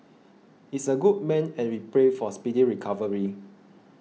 is a good man and we pray for speedy recovery